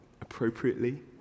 appropriately